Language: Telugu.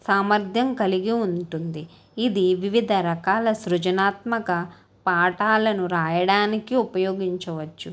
సామర్ద్యం కలిగి ఉంటుంది ఇది వివిదరకాల సృజనాత్మక పాఠాలను రాయడానికి ఉపయోగించవచ్చు